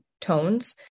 tones